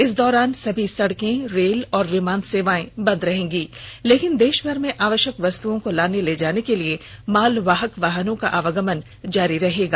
इस दौरान सभी सड़क रेल और विमान सेवाएं बंद रहेंगी लेकिन देशभर में आवश्यक वस्तुओं को लाने ले जाने के लिए मालवाहक वाहनों का आवागमन जारी रहेगा